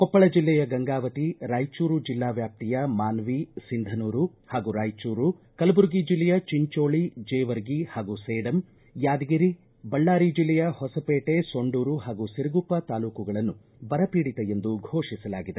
ಕೊಪ್ಪಳ ಜಿಲ್ಲೆಯ ಗಂಗಾವತಿ ರಾಯಚೂರು ಜಿಲ್ಲಾ ವ್ಯಾಪ್ತಿಯ ಮಾನ್ಹಿ ಸಿಂಧನೂರು ಹಾಗೂ ರಾಯಚೂರು ಕಲಬುರಗಿ ಜಿಲ್ಲೆಯ ಚಿಂಚೋಳಿ ಜೇವರ್ಗಿ ಹಾಗೂ ಸೇಡಂ ಯಾದಗಿರಿ ಬಳ್ಳಾರಿ ಜಿಲ್ಲೆಯ ಹೊಸಪೇಟೆ ಸೊಂಡೂರು ಹಾಗೂ ಸಿರಗುಪ್ಪ ತಾಲೂಕುಗಳನ್ನು ಬರ ಪೀಡಿತ ಎಂದು ಘೋಷಿಸಲಾಗಿದೆ